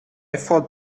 thought